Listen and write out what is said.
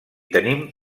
tenim